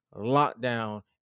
Lockdown